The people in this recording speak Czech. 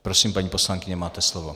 Prosím, paní poslankyně, máte slovo.